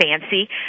fancy